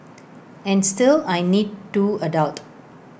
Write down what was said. and still I need to adult